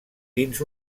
dins